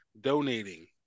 donating